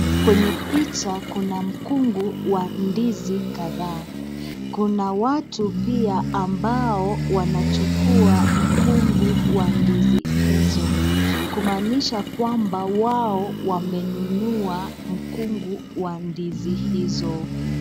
Kwenye picha kuna mkungu wa ndizi kadhaa. Kuna watu pia ambao wanachukua mkungu wa ndizi hizo. Kumanisha kwamba wao wamenunuwa mkungu wa ndizi hizo.